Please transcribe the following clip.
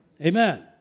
Amen